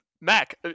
Mac